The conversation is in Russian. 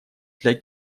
для